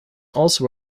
also